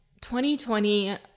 2020